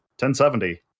1070